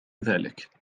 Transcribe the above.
ذلك